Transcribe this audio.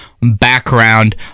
background